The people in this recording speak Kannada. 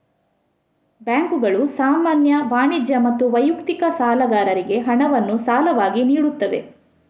ಬ್ಯಾಂಕುಗಳು ಸಾಮಾನ್ಯ, ವಾಣಿಜ್ಯ ಮತ್ತು ವೈಯಕ್ತಿಕ ಸಾಲಗಾರರಿಗೆ ಹಣವನ್ನು ಸಾಲವಾಗಿ ನೀಡುತ್ತವೆ